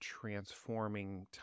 transforming